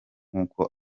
nkuko